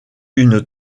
une